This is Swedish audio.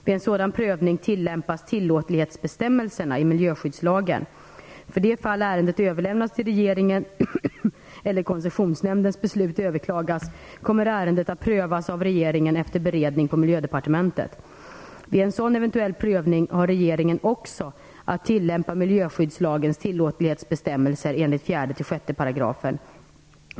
Vid en sådan prövning tillämpas tillåtlighetsbestämmelserna i miljöskyddslagen. För det fall ärendet överlämnas till regeringen eller Koncessionsnämndens beslut överklagas kommer ärendet att prövas av regeringen efter beredning på Miljödepartementet. Vid en sådan eventuell prövning har regeringen också att tillämpa miljöskyddslagens tillåtlighetsbestämmelser enligt 4-6 §§.